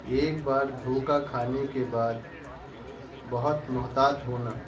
ایک بار دھوکہ کھانے کے بعد بہت محتاط ہونا